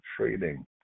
trading